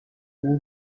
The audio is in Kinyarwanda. w’u